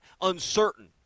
uncertain